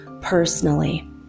personally